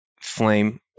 flame